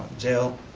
jail,